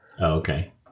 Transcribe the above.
Okay